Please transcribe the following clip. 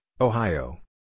Ohio